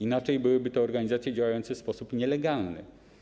Inaczej byłyby to organizacje działające w sposób nielegalny.